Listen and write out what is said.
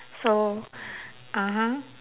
so (uh huh)